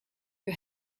you